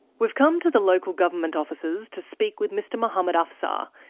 we've come to the local government offices to speak with mr mohammad afsar,